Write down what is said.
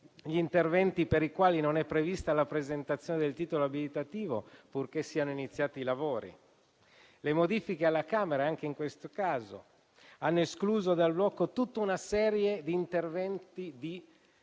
gli interventi per i quali non è prevista la presentazione del titolo abilitativo, purché siano iniziati i lavori. Le modifiche alla Camera anche in questo caso hanno escluso dal blocco tutta una serie di interventi di valenza